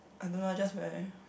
I don't know I just very